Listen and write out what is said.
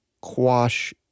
quash